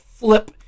Flip